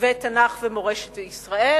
ותנ"ך ומורשת ישראל,